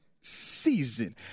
season